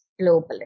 globally